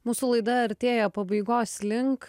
mūsų laida artėja pabaigos link